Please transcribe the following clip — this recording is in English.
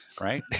right